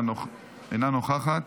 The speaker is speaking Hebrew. אינה נוכחת,